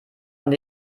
noch